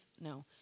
no